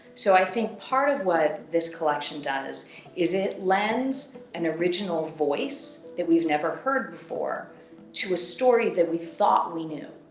so i think part of what this collection does is it lends an original voice that we've never heard before to a story that we thought we knew.